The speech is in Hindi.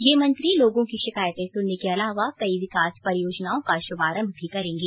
ये मंत्री लोगों की शिकायतें सुनने के अलावा कई विकास परियोजनाओं का शुभारंभ भी करेंगे